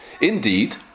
Indeed